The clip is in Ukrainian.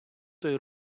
той